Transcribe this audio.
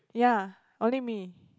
ya only me